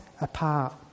apart